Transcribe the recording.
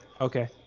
Okay